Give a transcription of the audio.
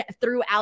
throughout